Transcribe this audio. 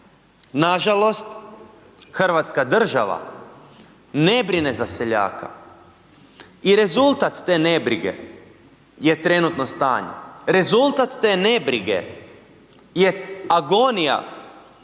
Nažalost Hrvatska država ne brine za seljaka i rezultat te nebrige je trenutno stanje, rezultat te ne brige je agonija